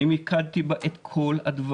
אני מיקדתי בה את כל הדברים,